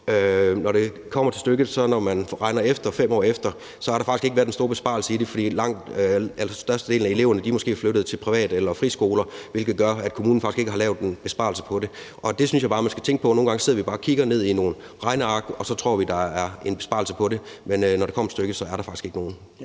Når det kommer til stykket, har der, når man efter 5 år regner efter, faktisk ikke været den store besparelse i det, fordi størstedelen af eleverne måske er flyttet til privat- eller friskoler, hvilket gør, at kommunen faktisk ikke har lavet en besparelse på det. Og det synes jeg bare man skal tænke på. Nogle gange sidder vi bare og kigger ned i nogle regneark, og så tror vi, at der er en besparelse på det, men når det kommer til stykket, er der faktisk ikke nogen.